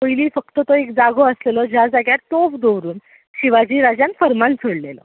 पयलीं फकत तो एक जागो आसलेलो ज्या जाग्यार तोफ दवरून शिवाजी राजान फर्मान सोडलेलो